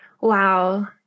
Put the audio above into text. Wow